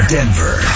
Denver